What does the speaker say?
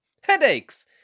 Headaches